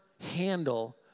handle